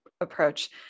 approach